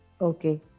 Okay